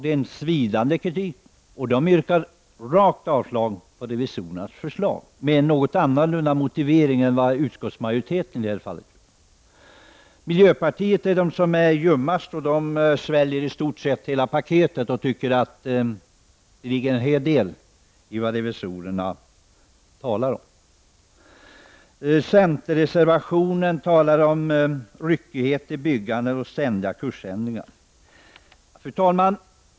De kommer med svidande kritik och yrkar avslag på revisorernas förslag, med en något annorlunda motivering än den som utskottsmajoriteten har i det här fallet. Miljöpartiet är ljummast och sväljer i stort sett hela paketet och tycker att det ligger en hel del i vad revisorerna talar om. I centerns reservation talas om ryckighet i byggandet och ständiga kursändringar. Fru talman!